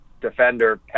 defender